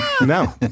No